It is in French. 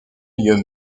lieux